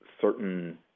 certain